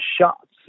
shots